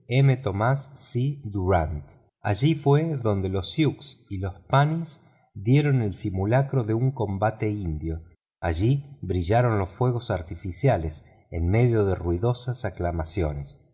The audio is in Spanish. entre los cuales figuraba el vicepresidente tomás c durant allí dieron el simulacro de un combate indio allí brillaron los fuegos artificiales en medio de ruidosas aclamaciones